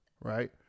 right